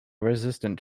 resistant